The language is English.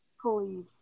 Please